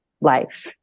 life